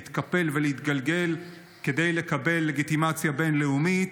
להתקפל ולהתגלגל כדי לקבל לגיטימציה בין-לאומית,